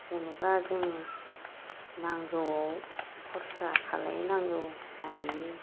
जेनेबा जों नांगौआव खरसा खालामनांगौ जाहैयो